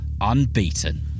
unbeaten